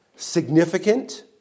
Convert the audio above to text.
significant